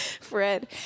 Fred